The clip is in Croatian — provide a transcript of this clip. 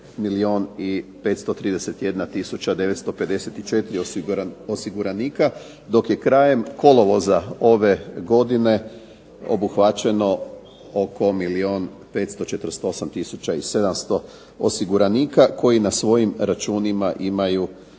954 osiguranika, dok je krajem kolovoza ove godine obuhvaćeno oko milijun 548 tisuća i 700 osiguranika koji na svojim računima imaju